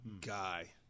guy